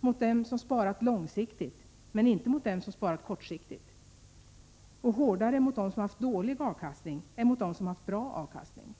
mot dem som sparat långsiktigt men inte mot dem som sparat kortsiktigt. Och den slår hårdare mot dem som haft dålig avkastning än mot dem som haft bra avkastning.